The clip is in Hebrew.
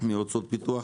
מהוצאות פיתוח,